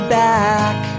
back